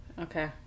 Okay